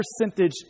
percentage